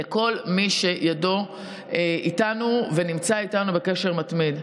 לכל מי שידו איתנו ונמצא איתנו בקשר מתמיד.